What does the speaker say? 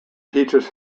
teaches